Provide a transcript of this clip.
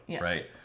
right